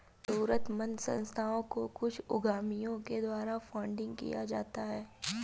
जरूरतमन्द संस्थाओं को कुछ उद्यमियों के द्वारा फंडिंग किया जाता है